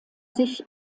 sich